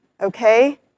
Okay